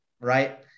right